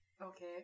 Okay